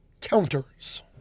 counters